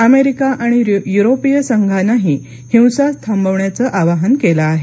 America आणि युरोपीय संघानंही हिंसा थांबवण्याचं आवाहन केलं आहे